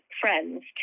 friends